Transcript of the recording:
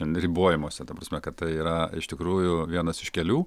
ribojimuose ta prasme kad tai yra iš tikrųjų vienas iš kelių